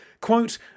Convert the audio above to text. quote